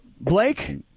Blake